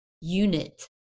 unit